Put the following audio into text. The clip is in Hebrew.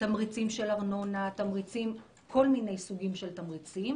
תמריצים של ארנונה, כל מיני סוגים של תמריצים